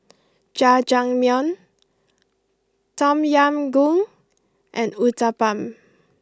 Jajangmyeon Tom Yam Goong and Uthapam